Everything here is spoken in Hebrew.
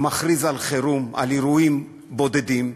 מכריז חירום על אירועים בודדים,